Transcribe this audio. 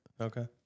Okay